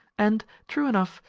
and, true enough,